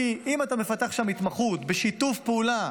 כי אם אתה מפתח שם התמחות בשיתוף פעולה,